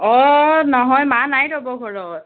অঁ নহয় মা নাই ৰ'ব ঘৰত